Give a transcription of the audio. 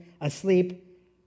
asleep